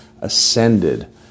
ascended